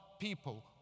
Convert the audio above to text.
people